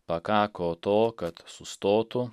pakako to kad sustotų